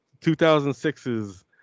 2006's